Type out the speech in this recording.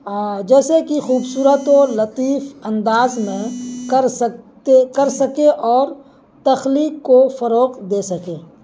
جیسے کہ خوبصورت و لطیف انداز میں کر سکتے کر سکے اور تخلیق کو فروغ دے سکے